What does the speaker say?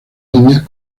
líneas